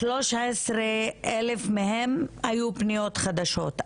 שלוש עשרה אלף מהן היו פניות חדשות,